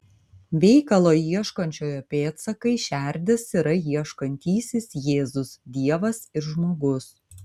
veikalo ieškančiojo pėdsakai šerdis yra ieškantysis jėzus dievas ir žmogus